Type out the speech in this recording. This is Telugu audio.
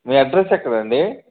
మీ అడ్రస్ ఎక్కడండి